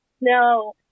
No